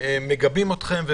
מגבים אתכם,